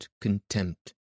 contempt